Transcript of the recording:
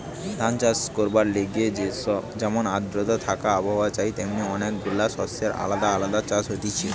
ধান চাষ করবার লিগে যেমন আদ্রতা থাকা আবহাওয়া চাই তেমনি অনেক গুলা শস্যের আলদা ভাবে চাষ হতিছে